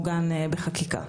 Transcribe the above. מוגן בחקיקה.